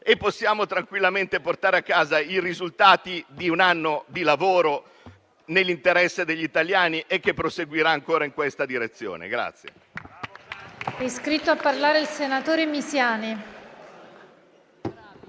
e possiamo tranquillamente portare a casa i risultati di un anno di lavoro nell'interesse degli italiani e che proseguirà ancora in questa direzione.